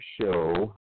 show